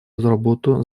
работу